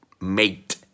Mate